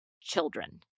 children